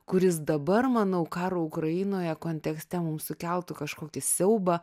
kuris dabar manau karo ukrainoje kontekste mums sukeltų kažkokį siaubą